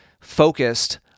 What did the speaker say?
focused